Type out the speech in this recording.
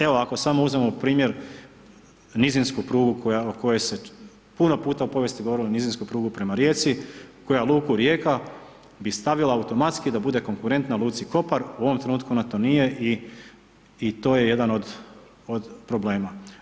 E ovako ako samo uzmemo primjer nizinsku prugu o kojoj se puno puta u povijesti govorilo, nizinska pruga prema Rijeci koja luku Rijeka bi stavila automatski da bude konkurentna luci Kopar, u ovom trenutku ona to nije i to je jedan od problema.